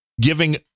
giving